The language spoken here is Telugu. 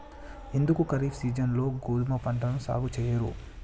ఎందుకు ఖరీఫ్ సీజన్లో గోధుమ పంటను సాగు చెయ్యరు?